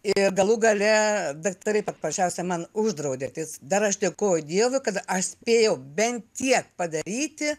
ir galų gale daktarai paprasčiausiai man uždraudė tai dar aš dėkoju dievui kad aš spėjau bent tiek padaryti